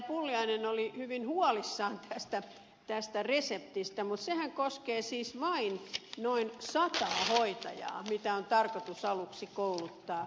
pulliainen oli hyvin huolissaan tästä reseptistä mutta sehän koskee siis vain noin sataa hoitajaa joita on tarkoitus aluksi kouluttaa